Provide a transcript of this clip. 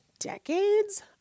decades